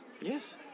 Yes